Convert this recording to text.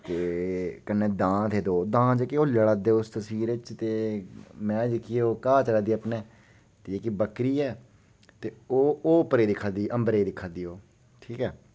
ते कन्नै दांद हे दो दांद जेह्के ओह् लड़ै दे उस तस्वीरे च ते मैंह् जेह्की ओह् घा चरै दी अपनै ते जेह्की बक्करी ऐ ते ओह् ओह् उप्परे दिक्खा दी अंबरे दिक्खै दी ओह् ठीक ऐ